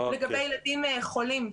לגבי ילדים חולים,